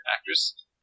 Actress